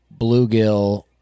bluegill